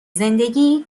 زندگی